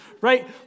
right